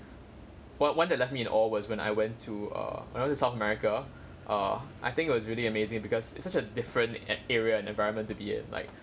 one one that left me in awe was when I went to err I went to south america err I think it was really amazing because it's such a different at area an environment to be like